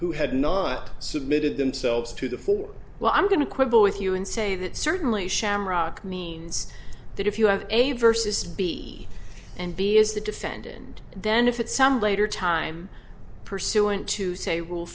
who had not submitted themselves to the fore well i'm going to quibble with you and say that certainly shamrock means that if you have a versus b and b is the defendant then if it's some later time pursuant to say rule